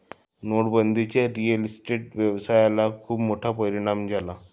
नोटाबंदीचा real estate व्यवसायाला खूप मोठा परिणाम झाला